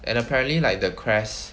and apparently like the crest